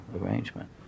arrangement